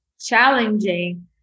challenging